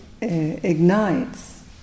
ignites